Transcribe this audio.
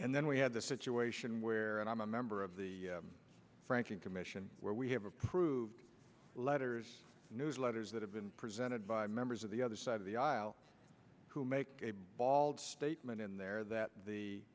and then we have the situation where and i'm a member of the franking commission where we have approved letters newsletters that have been presented by members of the other side of the aisle who make a statement in there that the